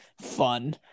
fun